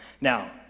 Now